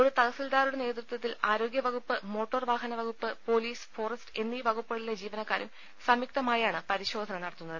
ഒരു തഹ സിൽദാരുടെ നേതൃ ത്വത്തിൽ ആരോഗൃ വകുപ്പ് മോട്ടോർവാഹന വകുപ്പ് പൊലീസ് ഫോറസ്റ്റ് എന്നീ വകുപ്പു കളിലെ ജീവനക്കാരും സംയുക്തമായാണ് പരിശോധന നട ത്തുന്നത്